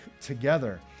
together